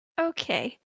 Okay